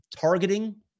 targeting